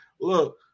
Look